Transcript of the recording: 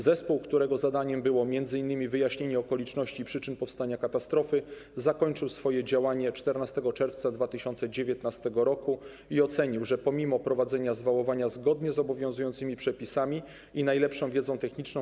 Zespół, którego zadaniem było m.in. wyjaśnienie okoliczności i przyczyn powstania katastrofy, zakończył swoje działanie 14 czerwca 2019 r. i ocenił, że pomimo prowadzenia zwałowania zgodnie z obowiązującymi przepisami i najlepszą wiedzą techniczną